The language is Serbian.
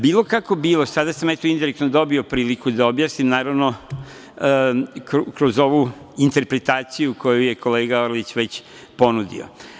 Bilo kako bilo, sada sam indirektno dobio priliku da objasnim kroz ovu interpretaciju koju je kolega Orlić već ponudio.